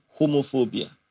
Homophobia